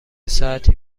ساعتی